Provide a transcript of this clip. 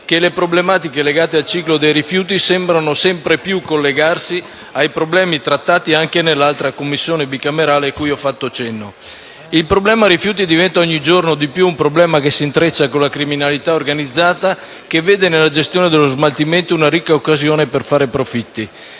che le problematiche legate al ciclo dei rifiuti sembrano sempre più collegarsi ai problemi trattati anche nell'altra Commissione bicamerale, cui ho fatto cenno. Il problema rifiuti si intreccia ogni giorno di più con la criminalità organizzata, che vede nella gestione dello smaltimento una ricca occasione per fare profitti.